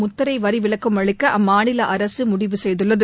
முத்திரை வரி விலக்கும் அளிக்க அம்மாநில அரசு முடிவு செய்துள்ளது